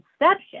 inception